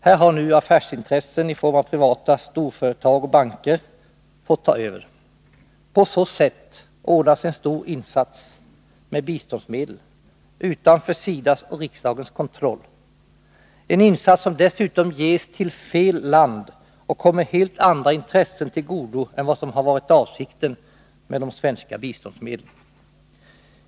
Här har nu affärsintressen i form av privata storföretag och banker fått ta över. På så sätt ordnas en stor insats med biståndsmedel utanför SIDA:s och riksdagens kontroll, en insats som dessutom görs i fel land och kommer helt andra intressen till godo än vad som har varit avsikten med de svenska biståndsmedlen.